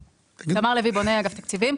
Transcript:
תמר לוי בונה, אגף התקציבים.